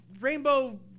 Rainbow